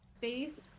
face